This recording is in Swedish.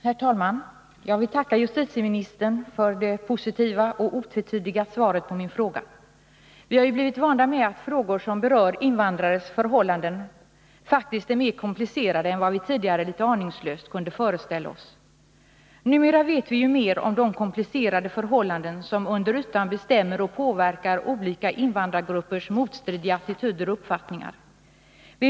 Herr talman! Jag vill tacka justitieministern för det positiva och otvetydiga svaret på min fråga. Vi har ju blivit vana vid att frågor som berör invandrares förhållanden faktiskt är mer komplicerade än vad vi tidigare litet aningslöst kunde föreställa oss. Numera vet vi mer om de komplicerade förhållanden som under ytan bestämmer och påverkar olika invandrargruppers motstridiga att garantera invandrare medborgerliga frioch rättigheter attityder och uppfattningar.